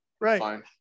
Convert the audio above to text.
Right